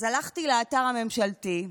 אז הלכתי לאתר הממשלתי,